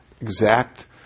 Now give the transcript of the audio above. exact